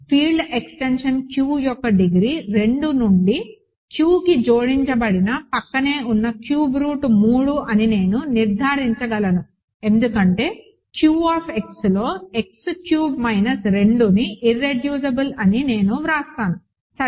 field extension Q యొక్క degree 2 నుండి Qకి జోడించబడిన ప్రక్కనే ఉన్న క్యూబ్డ్ రూట్ 3 అని నేను నిర్ధారించగలను ఎందుకంటే QX లో X క్యూబ్ మైనస్ 2ని ఇర్రెడ్యూసిబుల్ అని నేను వ్రాస్తాను సరే